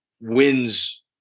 wins